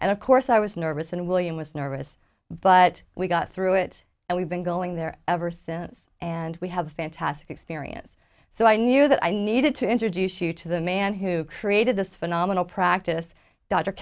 and of course i was nervous and william was nervous but we got through it and we've been going there ever since and we have a fantastic experience so i knew that i needed to introduce you to the man who created this phenomenal practice d